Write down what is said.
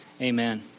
amen